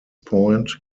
point